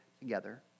together